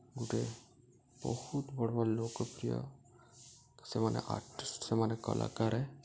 ଗୋଟେ ବହୁତ୍ ବଡ଼୍ ବଡ଼୍ ଲୋକପ୍ରିୟ ସେମାନେ ଆର୍ଟିଷ୍ଟ୍ ସେମାନେ କଳାକାର ଏ